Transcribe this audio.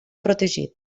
protegit